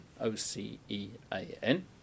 O-C-E-A-N